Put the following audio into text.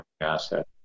asset